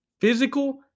physical